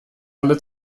alle